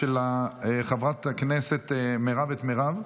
של חברות הכנסת מירב את מירב.